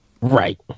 Right